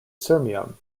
sirmium